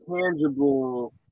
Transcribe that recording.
tangible